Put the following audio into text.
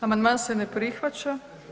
Amandman se ne prihvaća.